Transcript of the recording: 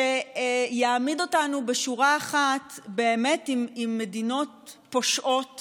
שיעמיד אותנו בשורה אחת באמת עם מדינות פושעות